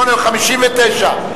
ו-59,